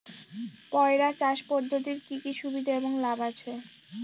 পয়রা চাষ পদ্ধতির কি কি সুবিধা এবং লাভ আছে?